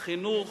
החינוך,